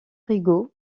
rigaud